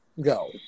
go